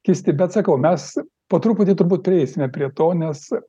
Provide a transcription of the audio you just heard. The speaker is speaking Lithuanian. kisti bet sakau mes po truputį turbūt prieisime prie to nes